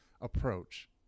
approach